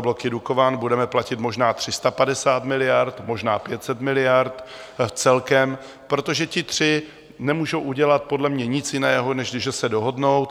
bloky Dukovan budeme platit možná 350 miliard, možná 500 miliard celkem, protože ti tři nemůžou udělat podle mě nic jiného, než že se dohodnou.